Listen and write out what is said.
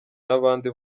n’abandi